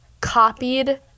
copied